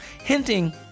hinting